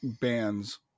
bands